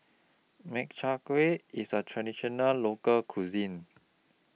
Makchang Gui IS A Traditional Local Cuisine